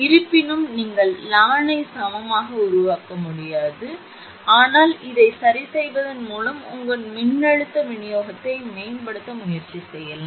இருப்பினும் நீங்கள் 𝐼𝑛 ஐ சமமாக உருவாக்க முடியாது In' ஆனால் இதை சரிசெய்வதன் மூலம் உங்கள் மின்னழுத்த விநியோகத்தை மேம்படுத்த முயற்சி செய்யலாம்